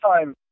time